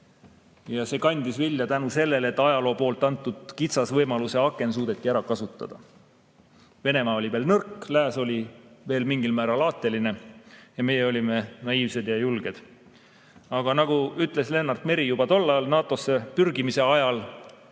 Ja see kandis vilja tänu sellele, et ajaloo poolt antud kitsas võimaluse aken suudeti ära kasutada. Venemaa oli veel nõrk, lääs oli veel mingil määral aateline ja meie olime naiivsed ja julged. Aga nagu ütles Lennart Meri juba tol ajal, NATO-sse pürgimise ajal,